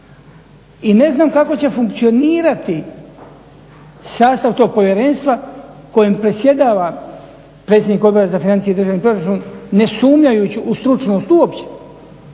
I ne znam kako će funkcionirati sastav tog povjerenstva kojem predsjedava predsjednik Odbora za financije i državni proračun ne sumnjajući u stručnost uopće,